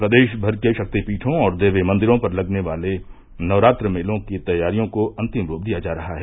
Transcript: प्रदेश भर के शक्तिपीठों और देवी मंदिरों पर लगने वाले नवरात्र मेलों की तैयारियों को अन्तिम रूप दिया जा रहा है